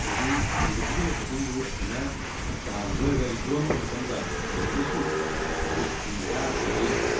ꯑꯩꯈꯣꯏꯒꯤ ꯃꯗꯨꯗ ꯄꯨꯊꯣꯂꯛꯄꯁꯤꯡꯗꯨ ꯑꯩꯈꯣꯏꯅ ꯆꯥꯕ ꯂꯣꯏꯔꯒ ꯌꯣꯟꯕ ꯃꯇꯝꯗ ꯃꯗꯨꯅꯁꯨ ꯑꯩꯈꯣꯏꯒꯤ ꯀꯛꯆꯤꯡ ꯖꯤꯂꯥ ꯑꯁꯤꯒꯤ